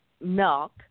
milk